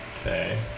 Okay